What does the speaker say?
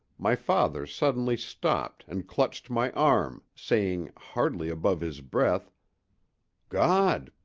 my father suddenly stopped and clutched my arm, saying, hardly above his breath god!